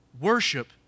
worship